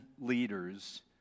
leaders